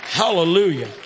Hallelujah